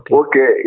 okay